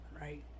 Right